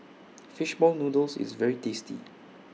Fish Ball Noodles IS very tasty